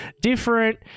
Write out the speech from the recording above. different